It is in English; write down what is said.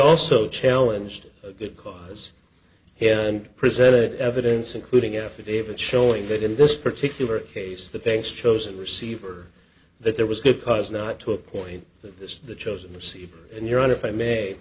also challenge to a good cause and presented evidence including affidavits showing that in this particular case the bank's chosen receiver that there was good cause not to a point that the chosen to see and hear on if i may